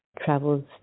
travels